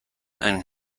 and